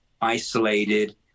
isolated